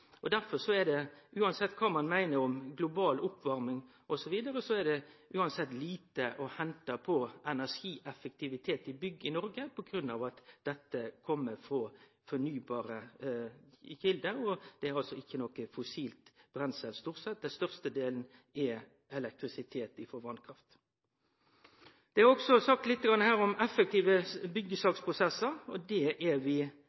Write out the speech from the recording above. Derfor er det uansett kva ein meiner om global oppvarming osb., lite å hente på energieffektivitet i bygg i Noreg, på grunn av at dette kjem frå fornybare kjelder og ikkje er noko fossilt brenselstoff – størstedelen er elektrisitet frå vasskraft. Det er òg sagt litt om effektive byggjesaksprosessar, og det er vi veldig positive til, viss regjeringa kjem med forslag om det. Men det er